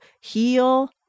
heal